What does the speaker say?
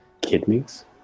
Kidneys